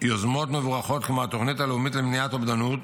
יוזמות מבורכות כמו התוכנית הלאומית למניעת אובדנות,